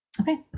Okay